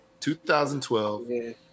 2012